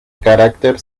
carácter